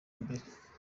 mbere